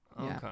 okay